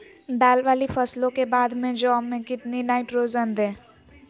दाल वाली फसलों के बाद में जौ में कितनी नाइट्रोजन दें?